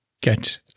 get